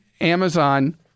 Amazon